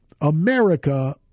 America